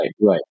right